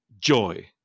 joy